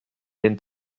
den